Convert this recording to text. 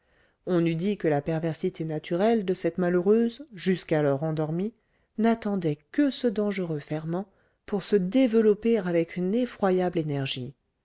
on eût dit que la perversité naturelle de cette malheureuse jusqu'alors endormie n'attendait que ce dangereux ferment pour se développer avec une effroyable énergie